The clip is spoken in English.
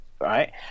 Right